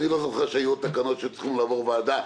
אני לא זוכר שהיו עוד תקנות שצריכות לעבור ועדה.